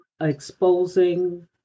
exposing